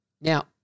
Now